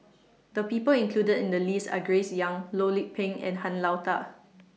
The People included in The list Are Grace Young Loh Lik Peng and Han Lao DA